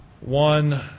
One